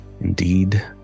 indeed